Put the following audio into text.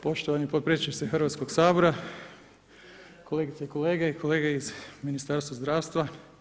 Poštovani potpredsjedniče Hrvatskog sabora, kolegice i kolege i kolege iz Ministarstva zdravstva.